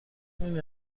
میدونی